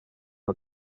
her